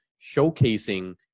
showcasing